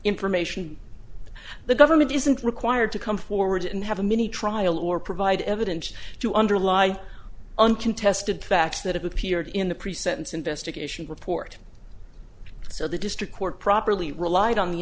information that the government isn't required to come forward and have a mini trial or provide evidence to underlie uncontested facts that have appeared in the pre sentence investigation report so the district court properly relied on the